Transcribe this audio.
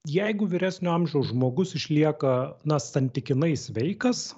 jeigu vyresnio amžiaus žmogus išlieka na santykinai sveikas